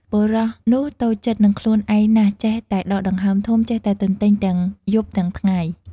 បុរសនោះតូចចិត្ដ និងខ្លួនឯងណាស់ចេះតែដកដង្ហើមធំ ចេះតែទន្ទេញទាំង យប់ទាំងថ្ងៃ។